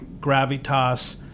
gravitas